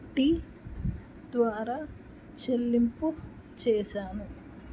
tea ద్వారా చెల్లింపు చేశాను